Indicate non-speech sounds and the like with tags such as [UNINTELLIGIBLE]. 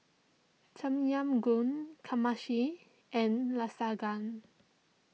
Tom Yam Goong [UNINTELLIGIBLE] and Lasagna